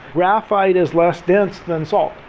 graphite is less dense than salt,